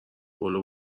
پلو